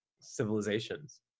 civilizations